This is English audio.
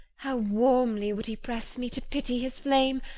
how warmly would he press me to pity his flame,